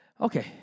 Okay